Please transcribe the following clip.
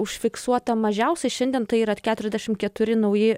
užfiksuota mažiausiai šiandien tai yra keturiasdešimt keturi nauji